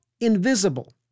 invisible